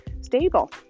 stable